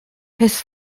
his